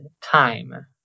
time